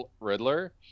Riddler